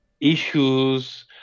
issues